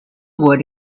wood